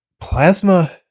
Plasma